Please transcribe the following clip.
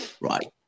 Right